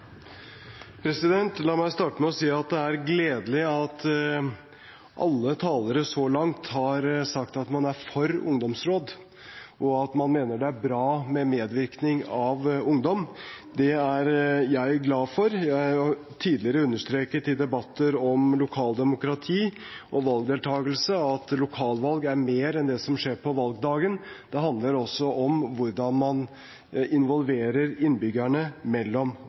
La meg starte med å si at det er gledelig at alle talere så langt har sagt at man er for ungdomsråd, og at man mener det er bra med medvirkning av ungdom. Det er jeg glad for. Jeg har tidligere understreket i debatter om lokaldemokrati og valgdeltagelse at lokalvalg er mer enn det som skjer på valgdagen, det handler også om hvordan man involverer innbyggerne mellom